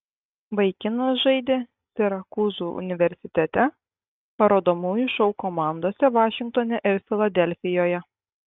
vaikinas žaidė sirakūzų universitete parodomųjų šou komandose vašingtone ir filadelfijoje